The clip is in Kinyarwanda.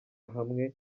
hamwe